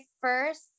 first